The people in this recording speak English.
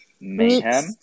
mayhem